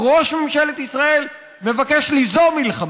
או ראש ממשלת ישראל מבקשים ליזום מלחמה.